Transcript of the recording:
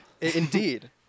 indeed